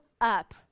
up